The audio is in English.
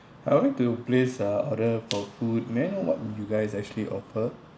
I would like to place uh order for food may I know what you guys actually offer